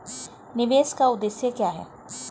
निवेश का उद्देश्य क्या है?